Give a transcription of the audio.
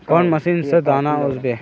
कौन मशीन से दाना ओसबे?